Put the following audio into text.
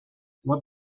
what